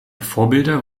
vorbilder